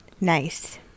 Nice